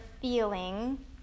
feeling